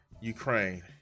Ukraine